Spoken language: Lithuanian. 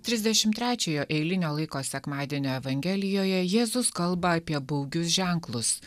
trisdešimt trečiojo eilinio laiko sekmadienio evangelijoje jėzus kalba apie baugius ženklus